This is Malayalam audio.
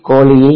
കോളിയിൽ E